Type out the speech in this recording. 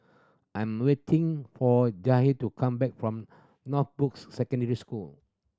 I'm waiting for Jahir to come back from Northbrooks Secondary School